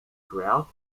throughout